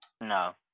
No